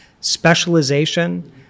specialization